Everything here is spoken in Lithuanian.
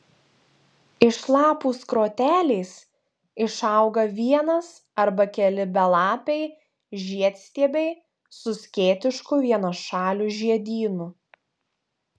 iš lapų skrotelės išauga vienas arba keli belapiai žiedstiebiai su skėtišku vienašaliu žiedynu